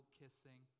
kissing